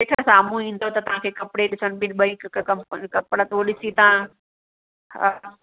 ॾिसो सामुहू ईंदो त तव्हां खे कपिड़े ॾिसण में ॿई कपिड़ा हो ॾिसी तव्हां हा